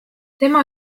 tema